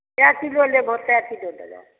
कए किलो लेबहो तए किलो देबऽ